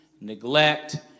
neglect